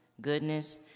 goodness